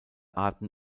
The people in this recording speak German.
arten